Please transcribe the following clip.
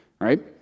Right